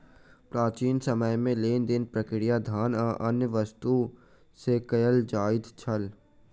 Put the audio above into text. प्राचीन समय में लेन देन प्रक्रिया धान आ अन्य वस्तु से कयल जाइत छल